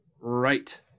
right